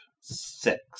Six